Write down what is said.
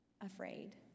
afraid